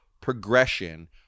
progression